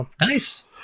Nice